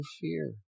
fear